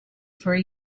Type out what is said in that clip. for